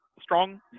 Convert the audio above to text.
strong